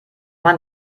man